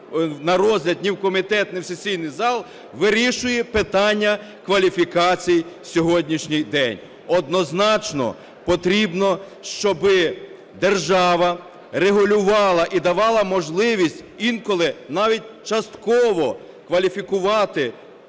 на розгляд ні в комітет, ні в сесійний зал, вирішує питання кваліфікацій сьогоднішній день. Однозначно потрібно, щоби держава регулювала і давала можливість інколи навіть частково кваліфікувати